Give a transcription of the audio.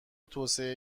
توسعه